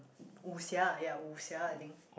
武俠 ya 武俠 I think